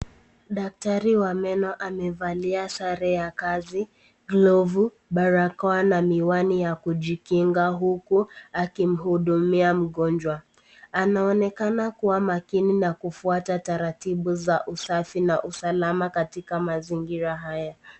Daktari wa meno amevalia sare ya kazi, glovu, barakoa na miwani ya kujikinga uku akimhudumia mgonjwa. Anaonekana kuwa makini na kufuata taratibu za usafi na usalama katika mazingira haya.